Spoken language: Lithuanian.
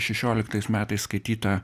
šešioliktais metais skaityta